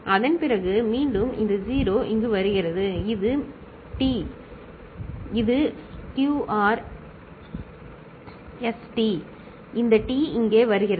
அதன் பிறகு மீண்டும் இந்த 0 இங்கு வருகிறது இது T சரி இது QRST இந்த T இங்கே வருகிறது